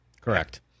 Correct